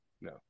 no